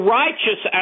righteous